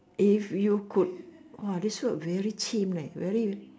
if you could !wah! this word very chim leh very